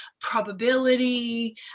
probability